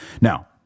Now